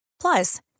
Plus